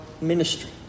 ministry